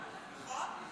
נכון.